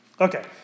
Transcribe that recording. Okay